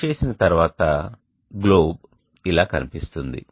cut చేసిన తర్వాత globe ఇలా కనిపిస్తుంది